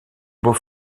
beau